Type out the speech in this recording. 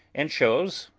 and shows,